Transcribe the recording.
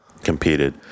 competed